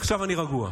עכשיו אני רגוע.